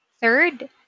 third